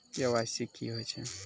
KYC की होय छै?